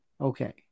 Okay